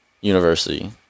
University